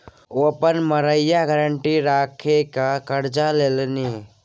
ओ अपन मड़ैया गारंटी राखिकए करजा लेलनि